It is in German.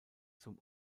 zum